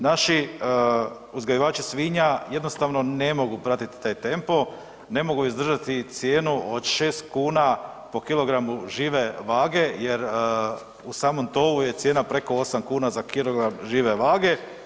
Naši uzgajivači svinja jednostavno ne mogu pratiti taj tempo, ne mogu izdržati cijenu od 6 kuna po kilogramu žive vage jer u samom tovu je cijena preko 8 kuna za kilogram žive vage.